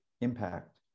impact